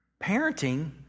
Parenting